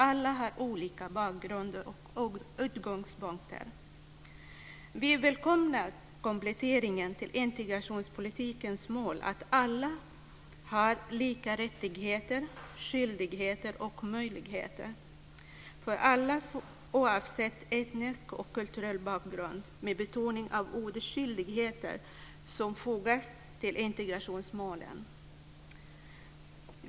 Alla har olika bakgrunder och utgångspunkter. Vi välkomnar kompletteringen av integrationspolitikens mål att alla har lika rättigheter, skyldigheter och möjligheter oavsett etnisk och kulturell bakgrund, med betoning på ordet "skyldigheter", som nu fogas till integrationsmålen.